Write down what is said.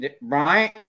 Brian